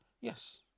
Yes